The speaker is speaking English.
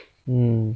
hmm